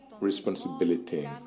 responsibility